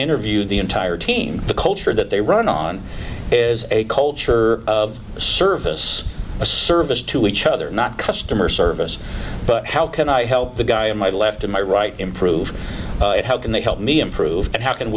interviewed the entire team the culture that they run on is a culture of service a service to each other not customer service but how can i help the guy in my left in my right improve how can they help me improve and how can